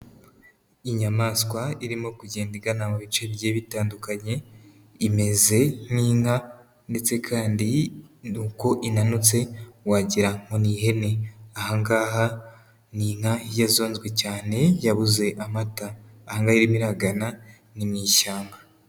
Inyamaswa irimo kugenda igana mu bice bigiye bitandukanye imeze nk'inka ndetse kandi ni uko inanutse wagira nko n'ihene. Aha ngaha ni inka yazonzwe cyane yabuze amata. Aha ngaha irimo iragana ni mu ishyamba.